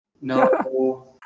No